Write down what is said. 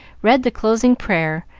read the closing prayer,